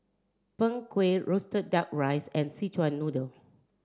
Png Kueh Roasted Duck Rice and Szechuan Noodle